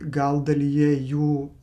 gal dalyje jų